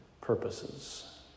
purposes